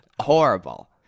horrible